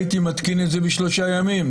הייתי מתקין את זה בשלושה ימים.